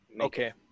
okay